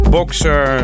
Boxer